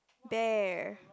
bear